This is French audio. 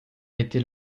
été